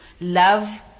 Love